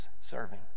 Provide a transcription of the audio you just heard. serving